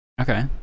Okay